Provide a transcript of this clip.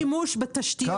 זה ייעול השימוש בתשתיות,